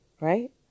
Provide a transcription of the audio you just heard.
right